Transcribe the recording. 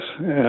yes